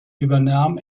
übernahm